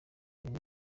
umwe